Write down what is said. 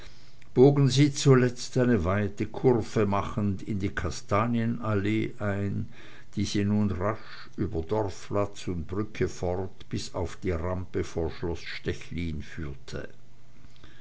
bogen sie zuletzt eine weite kurve machend in die kastanienallee ein die sie nun rasch über dorfplatz und brücke fort bis auf die rampe von schloß stechlin führte